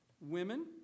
women